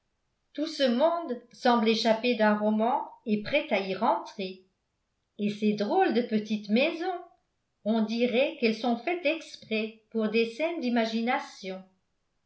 tout ce monde semble échappé d'un roman et prêt à y rentrer et ces drôles de petites maisons on dirait qu'elles sont faites exprès pour des scènes d'imagination